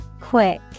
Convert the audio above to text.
Quick